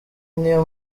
niyo